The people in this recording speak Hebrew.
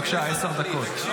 בבקשה, עשר דקות.